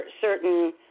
certain